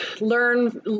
learn